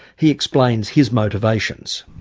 he explains his motivations.